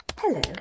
Hello